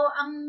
ang